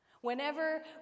whenever